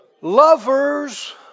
Lovers